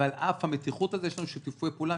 אבל על אף המתיחות יש לנו שיתופי פעולה.